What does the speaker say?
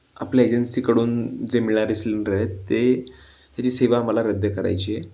आपल्या एजन्सीकडून जे मिळाले आहेत ते त्याची सेवा आम्हाला रद्द करायची आहे